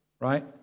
Right